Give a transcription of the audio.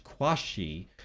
Kwashi